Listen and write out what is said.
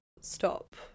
stop